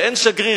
כשאין שגריר,